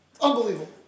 Unbelievable